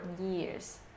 years